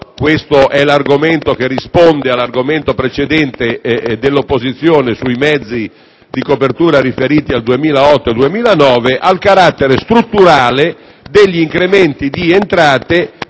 questo è l'argomento che risponde alla tesi precedente dell'opposizione sui mezzi di copertura riferiti al 2008 e al 2009 - al carattere strutturale degli incrementi di entrate,